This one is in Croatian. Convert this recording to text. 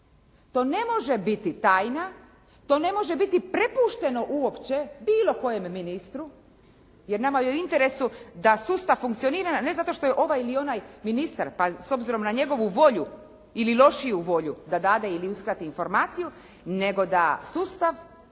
To ne može biti tajna, to ne može biti prepušteno uopće bilo kojem ministru jer nama je u interesu da sustav funkcionira ne zato što je ovaj ili onaj ministar, pa s obzirom na njegovu volju ili lošiju volju da dade ili uskrati informaciju, nego da sustav bude